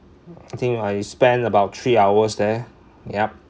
I think I spent about three hours there yup